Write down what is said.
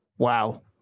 Wow